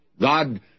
God